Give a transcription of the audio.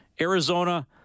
arizona